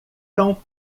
cão